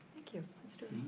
thank you. mr.